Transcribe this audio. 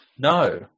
No